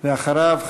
ואחריו,